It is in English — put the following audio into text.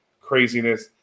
craziness